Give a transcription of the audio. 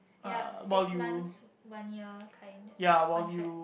yup six months one year kind of contract